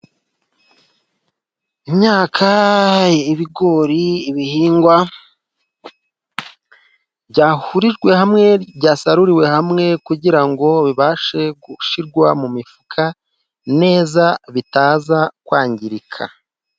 Imyaka, ibigori, ibihingwa byahurijwe hamwe, byasaruriwe hamwe kugira ngo bibashe gushyirwa mu mifuka neza, bitaza kwangirika.